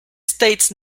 states